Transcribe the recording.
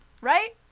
Right